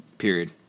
period